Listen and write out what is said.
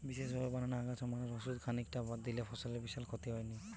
বিশেষভাবে বানানা আগাছা মারার ওষুধ খানিকটা দিলে ফসলের বিশাল ক্ষতি হয়নি